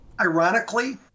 Ironically